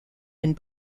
and